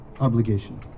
obligation